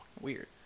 weird